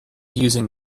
using